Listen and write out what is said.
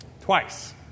Twice